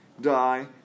die